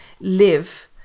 live